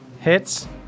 Hits